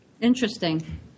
Interesting